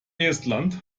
estland